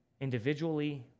individually